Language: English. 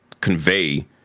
convey